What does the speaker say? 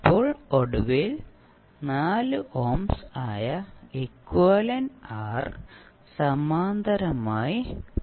ഇപ്പോൾ ഒടുവിൽ 4 ഓംസ് ആയ എക്വിവാലെന്റ് R സമാന്തരമായി 0